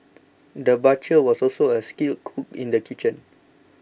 the butcher was also a skilled cook in the kitchen